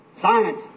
Science